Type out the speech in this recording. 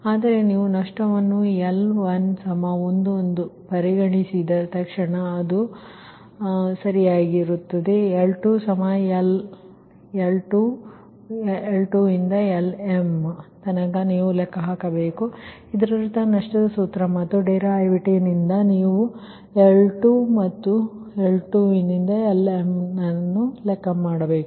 ಆದರೆ ನೀವು ನಷ್ಟವನ್ನುL11 ಎಂದು ಪರಿಗಣಿಸಿದ ತಕ್ಷಣ ಅದು ಸರಿ ಆದರೆ L2Lm ನೀವು ಲೆಕ್ಕ ಹಾಕಬೇಕು ಇದರರ್ಥ ನಷ್ಟದ ಸೂತ್ರ ಮತ್ತು ಡರಿವಿಟಿವ ದಿಂದ ನೀವು L2Lm ಅನ್ನು ಲೆಕ್ಕಾಚಾರ ಮಾಡಬೇಕು